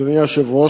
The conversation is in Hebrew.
אדוני היושב-ראש,